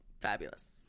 Fabulous